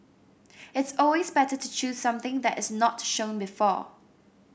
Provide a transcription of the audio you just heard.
it's always better to choose something that is not shown before